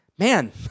Man